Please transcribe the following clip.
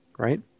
Right